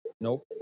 Nope